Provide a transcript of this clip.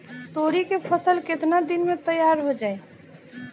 तोरी के फसल केतना दिन में तैयार हो जाई?